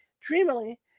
dreamily